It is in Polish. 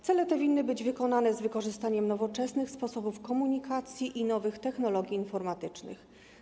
Cele te winny być wykonane z wykorzystaniem nowoczesnych sposobów komunikacji i nowych technologii informatycznych.